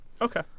Okay